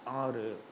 ஆறு